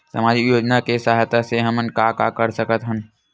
सामजिक योजना के सहायता से हमन का का कर सकत हन?